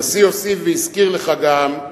הנשיא הוסיף והזכיר לך גם,